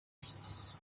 horses